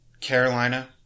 Carolina